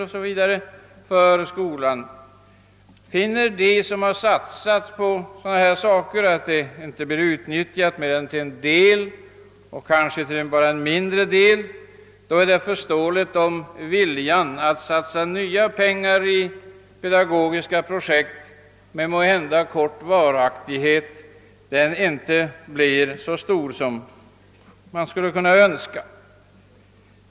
Finner de som ekonomiskt möjliggjort sådana här verkstäder att dessa inte utnyttjas mer än till en liten del, är det förståeligt om viljan att satsa nya pengar i pedagogiska projekt med måhända kort varaktighet inte blir så stor som man skulle önska.